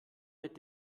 mit